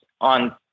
on